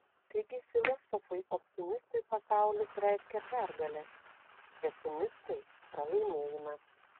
taigi filosofui optimistui pasaulis reiškia pergalę pesimistui pralaimėjimą